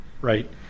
right